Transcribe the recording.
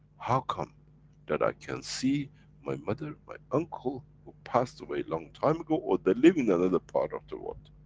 how come that i can see my mother, my uncle, who passed away long time ago, or they live in another part of the world?